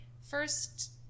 First